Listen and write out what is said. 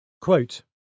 Quote